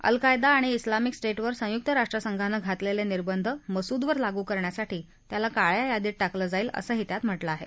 अल Qaeda आणि Islamic स्टेटवर संयुक्त राष्ट्रसंघानं घातलेले निर्बंध मसूदवर लागू करण्यासाठी त्याला काळया यादीत टाकलं जाईल असंही त्यात म्हटलं आहे